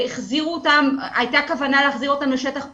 הייתה כוונה להחזיר אותם לשטח פתוח,